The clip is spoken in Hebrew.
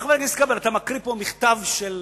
חבר הכנסת כבל, הקראת מכתב של מדענים.